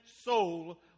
soul